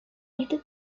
este